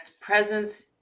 presence